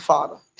Father